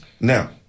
Now